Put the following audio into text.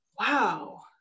wow